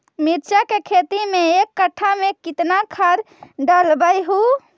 मिरचा के खेती मे एक कटा मे कितना खाद ढालबय हू?